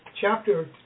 chapter